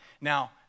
Now